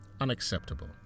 unacceptable